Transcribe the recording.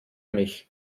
mich